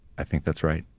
i think that's right.